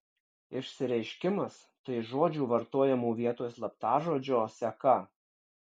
išsireiškimas tai žodžių vartojamų vietoj slaptažodžio seka